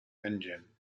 engine